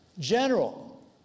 general